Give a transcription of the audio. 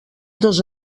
dos